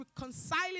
reconciling